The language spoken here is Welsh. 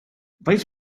faint